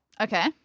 Okay